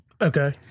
okay